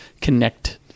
connect